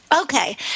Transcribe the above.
Okay